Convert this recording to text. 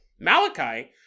Malachi